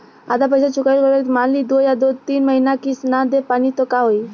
आधा पईसा चुकइला के बाद मान ली दो या तीन महिना किश्त ना दे पैनी त का होई?